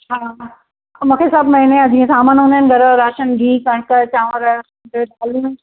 हा हा मूंखे सभु महीने जा जीअं सामान हूंदा आहिनि घर जो राशन गिहु कणिक चांवर ॿियो दालियूं